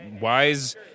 wise